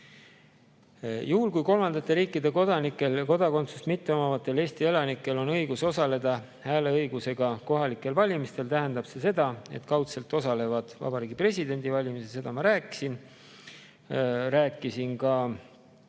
Kui kolmandate riikide kodanikel ja kodakondsuseta Eesti elanikel on õigus osaleda hääleõigusega kohalikel valimistel, tähendab see seda, et kaudselt osalevad nad Vabariigi Presidendi valimisel. Seda ma rääkisin, rääkisin